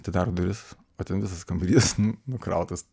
atidaro duris o ten visas kambarys nukrautas